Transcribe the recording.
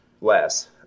less